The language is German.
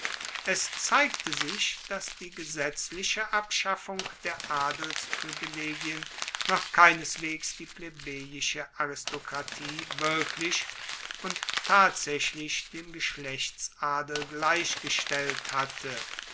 es zeigte sich dass die gesetzliche abschaffung der adelsprivilegien noch keineswegs die plebejische aristokratie wirklich und tatsaechlich dem geschlechtsadel gleichgestellt hatte